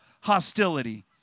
hostility